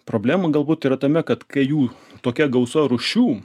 problema galbūt yra tame kad kai jų tokia gausa rūšių